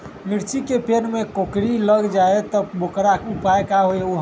मिर्ची के पेड़ में कोकरी लग जाये त वोकर उपाय का होई?